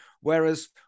Whereas